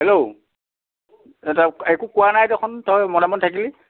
hello এ তই একো কোৱা নাই দেখোন তই মনে মনে থাকিলি